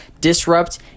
Disrupt